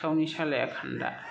सिखावनि सालाया खान्दा